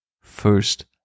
first